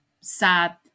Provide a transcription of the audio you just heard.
sad